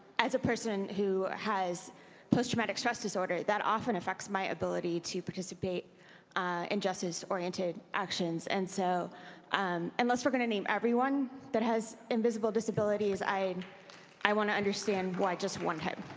as a person who has posttraumatic stress disorder, that often affects my ability to participate in justice oriented actions, and so unless we're going to name everyone that has invisible disabilities, i i want to understand why just one kind of